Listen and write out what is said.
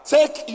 Take